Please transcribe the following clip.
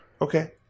Okay